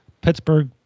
pittsburgh